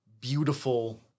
beautiful